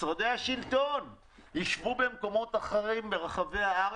משרדי השלטון ישבו במקומות אחרים ברחבי הארץ?